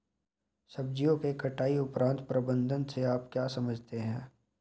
सब्जियों के कटाई उपरांत प्रबंधन से आप क्या समझते हैं?